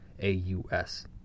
A-U-S